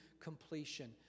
completion